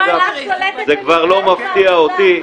זה כבר לא מפתיע אותי,